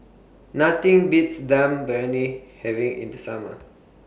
Nothing Beats Dum having in The Summer